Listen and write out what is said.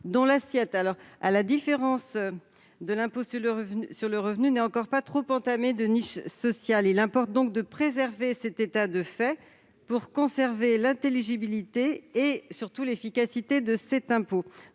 dont l'assiette, à la différence de l'impôt sur le revenu, n'est encore pas trop entamée par les niches sociales. Il importe de préserver cet état de fait pour conserver l'intelligibilité et l'efficacité de cet impôt.